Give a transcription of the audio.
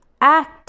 act